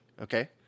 okay